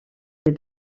des